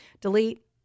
delete